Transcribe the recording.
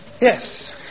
Yes